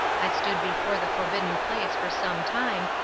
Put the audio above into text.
i stood before the forbidden place for some time,